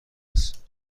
است